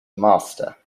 master